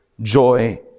joy